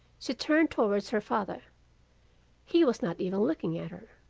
she turned towards her father he was not even looking at her.